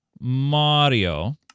Mario